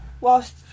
whilst